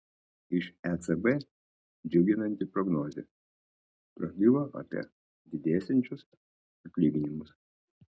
iš ecb džiuginanti prognozė prabilo apie didėsiančius atlyginimus